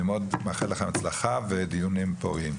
אני מאחל לך בהצלחה ודיונים פוריים.